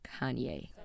Kanye